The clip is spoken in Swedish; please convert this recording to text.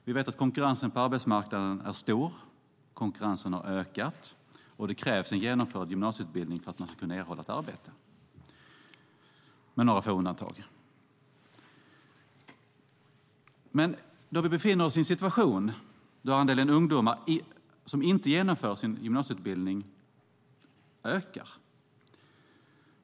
Vi vet att konkurrensen på arbetsmarknaden är stor, har ökat och att det krävs en genomförd gymnasieutbildning för att kunna erhålla ett arbete - med några få undantag. Vi befinner oss i en situation då andelen ungdomar som inte genomför sin gymnasieutbildning ökar.